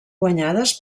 guanyades